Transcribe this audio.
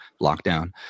lockdown